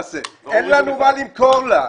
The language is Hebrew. אין לנו מה למכור לה.